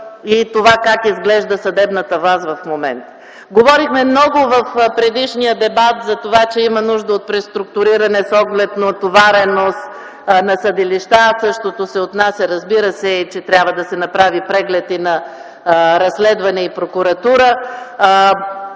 и това как изглежда съдебната власт в момента. Говорихме много в предишния дебат за това, че има нужда от преструктуриране с оглед натовареност на съдилища. Същото се отнася, разбира се, и че трябва да се направи преглед и на „Разследване” и Прокуратура.